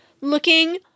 looking